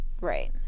Right